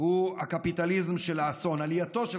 הוא "עלייתו של